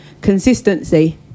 consistency